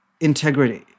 integrity